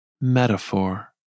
metaphor